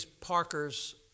Parker's